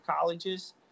colleges